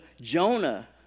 Jonah